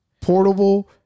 Portable